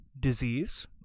disease